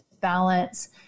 balance